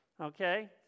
Okay